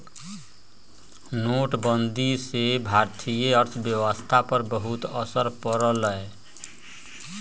नोटबंदी से भारतीय अर्थव्यवस्था पर बहुत असर पड़ लय